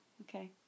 Okay